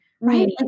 Right